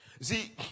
see